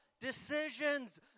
decisions